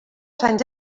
sant